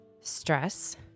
stress